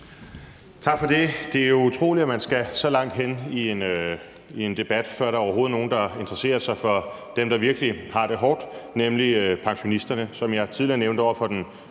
Tak for det. Det er jo utroligt, at man skal så langt hen i en debat, før der overhovedet er nogen, der interesserer sig for dem, der virkelig har det hårdt, nemlig pensionisterne. Som jeg tidligere nævnte over for den